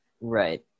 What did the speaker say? Right